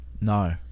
No